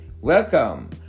welcome